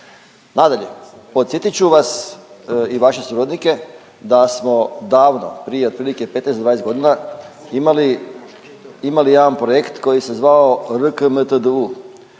Nadalje, podsjetit ću vas i vaše suradnike da smo davno prije otprilike 15, 20 godina imali jedan projekt koji se zvao RKMTDU